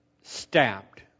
stabbed